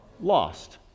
lost